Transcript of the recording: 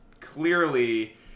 clearly